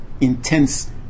intense